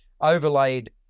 Overlaid